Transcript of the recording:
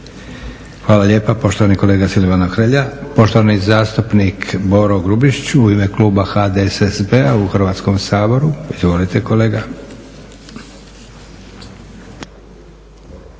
Hvala lijepa poštovani kolega Silvano Hrelja. Poštovani zastupnik Boro Grubišić u ime kluba HDSSB-a u Hrvatskom saboru. Izvolite kolega.